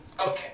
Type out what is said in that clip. Okay